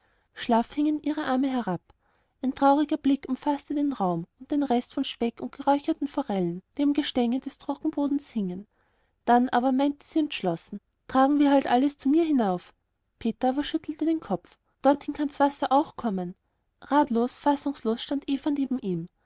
schlaff hingen ihre arme herab ein trauriger blick umfaßte den raum und den rest von speck und geräucherten forellen die am gestänge des trockenbodens hingen dann aber meinte sie entschlossen tragen wir halt alles zu mir hinauf peter aber schüttelte den kopf auch dorthin kann's wasser noch kommen ratlos fassungslos stand eva neben ihm